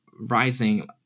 rising